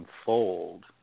unfold